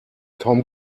tom